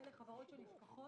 אלה תוכניות שנשכחות.